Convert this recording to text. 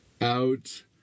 out